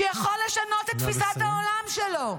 שיכול לשנות את תפיסת העולם שלו.